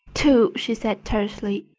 two, she said tersely.